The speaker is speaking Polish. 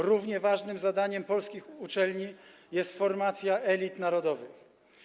Równie ważnym zadaniem polskich uczelni jest formacja elit narodowych.